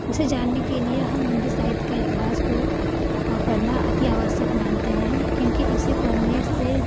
इसे जानने के लिए हम हिंदी साहित्य का इतिहास को पढ़ना अति आवश्यक मानते हैं क्योंकि इसे पढ़ने से